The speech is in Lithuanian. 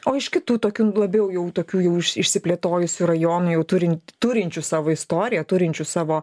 o iš kitų tokių labiau jau tokių jau išsiplėtojusių rajonų jau turin turinčių savo istoriją turinčių savo